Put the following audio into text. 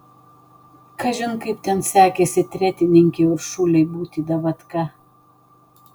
kažin kaip ten sekėsi tretininkei uršulei būti davatka